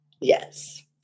Yes